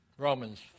Romans